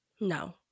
No